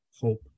hope